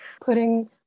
putting